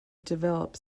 developed